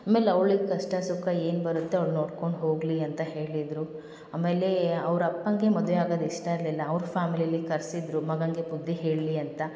ಆಮೇಲೆ ಅವ್ಳಿಗೆ ಕಷ್ಟ ಸುಖ ಏನು ಬರುತ್ತೆ ಅವ್ಳು ನೋಡ್ಕೊಂಡು ಹೋಗಲಿ ಅಂತ ಹೇಳಿದರು ಆಮೇಲೆ ಅವ್ರ ಅಪ್ಪನಿಗೆ ಮದುವೆ ಆಗೋದ್ ಇಷ್ಟ ಇರಲಿಲ್ಲ ಅವ್ರ ಫ್ಯಾಮಿಲಿಲಿ ಕರೆಸಿದ್ರು ಮಗನಿಗೆ ಬುದ್ಧಿ ಹೇಳಲಿ ಅಂತ